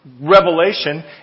revelation